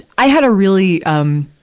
i had a really, um